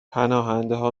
پناهندهها